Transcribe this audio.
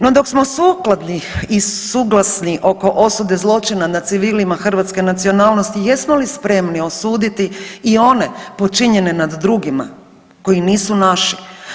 No dok smo sukladni i suglasni oko osude zločina na civilima hrvatske nacionalnosti jesmo li spremni osuditi i one počinjene nad drugima koji nisu naši?